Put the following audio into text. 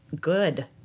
good